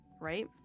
right